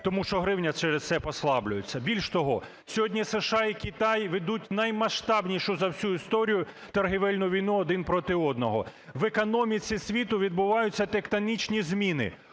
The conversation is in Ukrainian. тому що гривня через це послаблюється. Більше того, сьогодні США і Китай ведуть наймасштабнішу за всю історію торгівельну війну один проти одного. В економіці світу відбуваються тектонічні зміни,